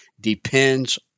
depends